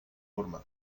urmă